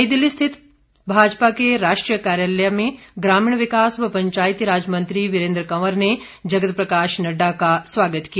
नई दिल्ली स्थित भाजपा के राष्ट्रीय कार्यालय में ग्रामीण विकास व पंचायती राज मंत्री वीरेन्द्र कंवर ने जगत प्रकाश नड्डा का स्वागत किया